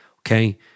okay